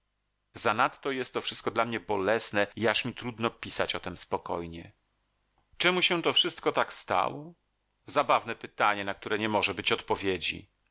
duszę zanadto jest to wszystko dla mnie bolesne i aż mi trudno pisać o tem spokojnie czemu się to wszystko tak stało zabawne pytanie na które nie może być odpowiedzi